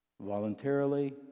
Voluntarily